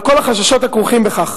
על כל החששות הכרוכים בכך,